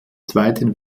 zweiten